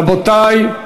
רבותי,